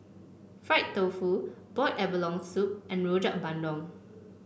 Fried Tofu Boiled Abalone Soup and Rojak Bandung